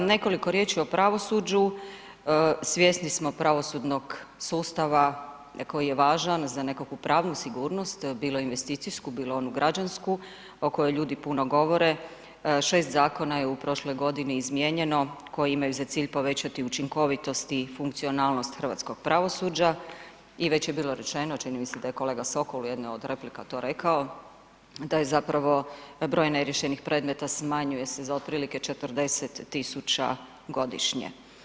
Nekoliko riječi o pravosuđu, svjesni smo pravosudnog sustava koji je važan za nekakvu pravnu sigurnost, bilo investicijsku, bilo onu građansku, o kojoj ljudi puno govore, šest Zakona je u prošloj godini izmijenjeno koji imaju za cilj povećati učinkovitosti i funkcionalnost hrvatskog pravosuđa, i već je bilo rečeno, čini mi se da je kolega Sokol u jednoj od replika to rekao, da je zapravo broj neriješenih predmeta smanjuje se za otprilike 40 tisuća godišnje.